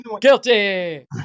guilty